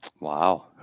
Wow